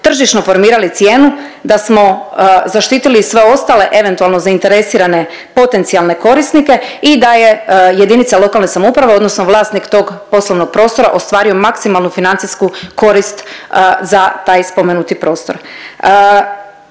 tržišno formirali cijenu, da smo zaštitili sve ostale eventualno zainteresirane potencijalne korisnike i da je JLS odnosno vlasnik tog poslovnog prostora ostvario maksimalnu financijsku korist za taj spomenuti prostor.